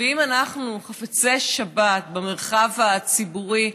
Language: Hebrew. ואם אנחנו חפצי שבת במרחב הציבורי,